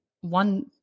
one